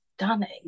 stunning